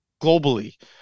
globally